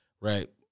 right